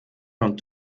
und